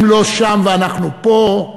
הם לא שם ואנחנו פה,